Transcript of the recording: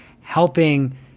helping